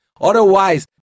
otherwise